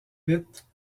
vite